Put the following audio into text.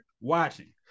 watching